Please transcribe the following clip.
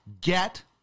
get